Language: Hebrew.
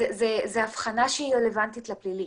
זו הבחנה שהיא רלוונטית לפלילי,